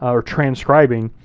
or transcribing,